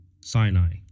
Sinai